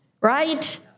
right